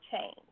change